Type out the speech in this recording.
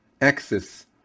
axis